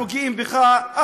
אנחנו גאים בך.